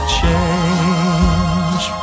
change